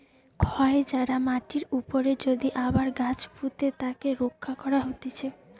ক্ষয় যায়া মাটির উপরে যদি আবার গাছ পুঁতে তাকে রক্ষা করা হতিছে